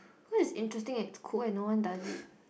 cause is interesting and it's cool and no one does it